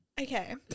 Okay